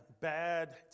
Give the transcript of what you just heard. bad